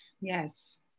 Yes